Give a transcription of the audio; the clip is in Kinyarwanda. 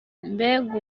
mbega